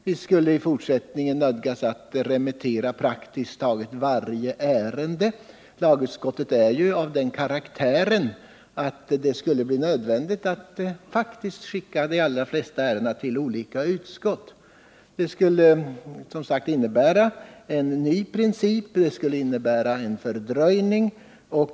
Vi skulle i fortsättningen nödgas remittera praktiskt taget varje ärende; lagutskottet är ju av den karaktären att det faktiskt skulle bli nödvändigt att skicka de allra flesta ärendena till olika utskott, vilket skulle betyda en fördröjning.